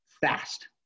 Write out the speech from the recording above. fast